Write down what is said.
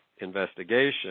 investigation